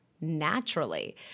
naturally